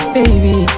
baby